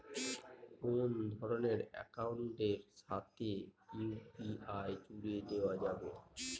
কোন ধরণের অ্যাকাউন্টের সাথে ইউ.পি.আই জুড়ে দেওয়া যাবে?